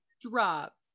drop